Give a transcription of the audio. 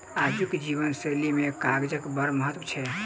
आजुक जीवन शैली मे कागजक बड़ महत्व छै